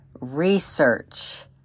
research